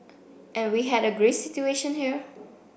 and we had a Greece situation here